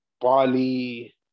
Bali